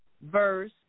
verse